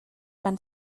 van